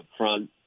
upfront